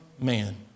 man